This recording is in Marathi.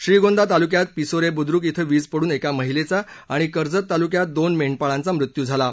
श्रीगोंदा तालुक्यात पिसोरे बुद्रुक इथं वीज पडून एका महिलेचा आणि कर्जत तालुक्यात दोन मेंढपाळांचा मृत्यू झाला आहे